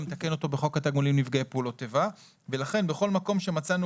לתקן אותו בחוק התגמולים לנפגעי פעולות איבה ולכן בכל מקום שמצאנו